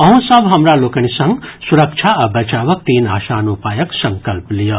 अहूँ सभ हमरा लोकनि संग सुरक्षा आ बचावक तीन आसान उपायक संकल्प लियऽ